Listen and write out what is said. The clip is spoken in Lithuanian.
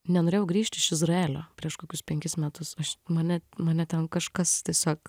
nenorėjau grįžt iš izraelio prieš kokius penkis metus aš mane mane ten kažkas tiesiog